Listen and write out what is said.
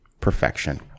perfection